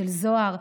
של זוהר,